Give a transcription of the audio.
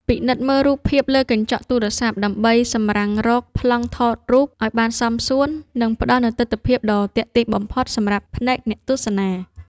ពិនិត្យមើលរូបភាពលើកញ្ចក់ទូរសព្ទដើម្បីសម្រាំងរកប្លង់ថតរូបឱ្យបានសមសួន និង ផ្តល់នូវទិដ្ឋភាពដ៏ទាក់ទាញបំផុតសម្រាប់ភ្នែកអ្នកទស្សនា។